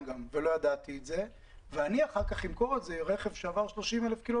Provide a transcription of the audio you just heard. ואני אחר כך אמכור את הרכב כאילו הוא עבר רק יד